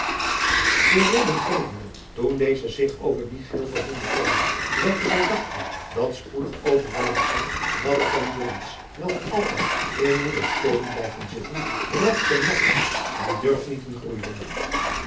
voor reden gevende toen deze zich over die gril verwonderd toonden welke zij dachten dat spoedig overwaaijen zou dat er van die jongens welke altijd in moeders keuken blijven zitten regte maffers en durfnieten groeiden